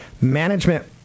management